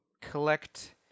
collect